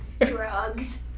Drugs